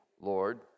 Lord